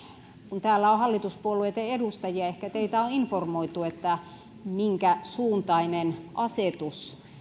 kun täällä on hallituspuolueitten edustajia ja teitä ehkä on informoitu siitä minkäsuuntainen asetus